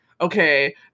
okay